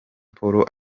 paul